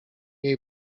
jej